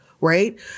right